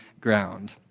ground